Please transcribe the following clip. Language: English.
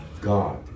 God